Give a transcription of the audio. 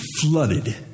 flooded